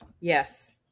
Yes